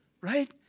Right